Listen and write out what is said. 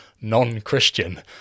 non-Christian